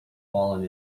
fallen